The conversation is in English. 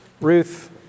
Ruth